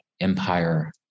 empire